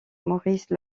maurice